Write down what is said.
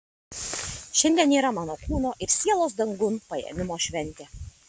šiandien yra mano kūno ir sielos dangun paėmimo šventė